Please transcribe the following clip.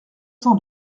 cent